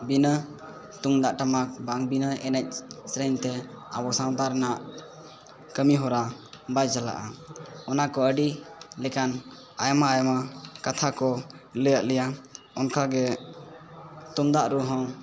ᱵᱤᱱᱟᱹ ᱛᱩᱢᱫᱟᱜ ᱴᱟᱢᱟᱠ ᱵᱟᱝ ᱵᱤᱱᱟᱹ ᱮᱱᱮᱡ ᱥᱮᱨᱮᱧᱛᱮ ᱟᱵᱚ ᱥᱟᱶᱛᱟᱨᱮᱱᱟᱜ ᱠᱟ ᱢᱤ ᱦᱚᱨᱟ ᱵᱟᱭ ᱪᱟᱞᱟᱜᱼᱟ ᱚᱱᱟ ᱠᱚ ᱟᱹᱰᱤ ᱞᱮᱠᱟᱱ ᱟᱭᱢᱟ ᱟᱭᱢᱟ ᱠᱟᱛᱷᱟ ᱠᱚ ᱞᱟᱹᱭᱟᱫ ᱞᱮᱭᱟ ᱚᱱᱠᱟᱜᱮ ᱛᱩᱢᱫᱟᱜ ᱨᱩᱦᱚᱸ